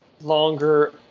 longer